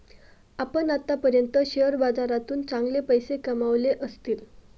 आपण आत्तापर्यंत शेअर बाजारातून चांगले पैसे कमावले असतील